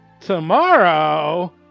Tomorrow